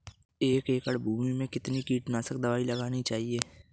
एक एकड़ भूमि में कितनी कीटनाशक दबाई लगानी चाहिए?